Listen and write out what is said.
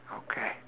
okay